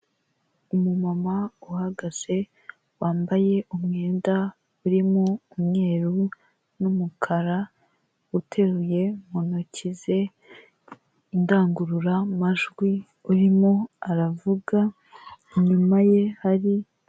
Umumama uhagaze wambaye umwenda urimo umweru n'umukara, uteruye mu ntoki ze indangururamajwi urimo aravuga inyuma ye hari...